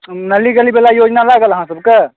नली गलीबला योजना लागल अहाँ सभकेँ